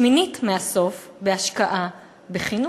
שמיני מהסוף, בהשקעה בחינוך.